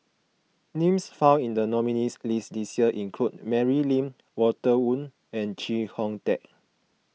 names found in the nominees' list this year include Mary Lim Walter Woon and Chee Hong Tat